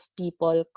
people